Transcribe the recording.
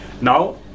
now